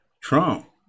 Trump